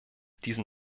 diesen